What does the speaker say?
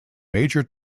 major